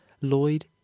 Lloyd